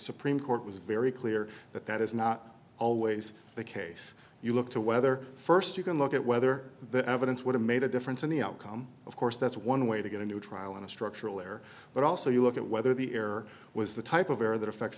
supreme court was very clear that that is not always the case you look to whether st you can look at whether the evidence would have made a difference in the outcome of course that's one way to get a new trial in a structural there but also you look at whether the error was the type of error that affects